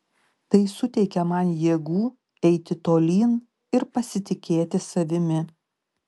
tai suteikia man jėgų eiti tolyn ir pasitikėti savimi